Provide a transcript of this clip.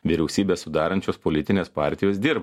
vyriausybę sudarančios politinės partijos dirba